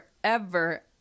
forever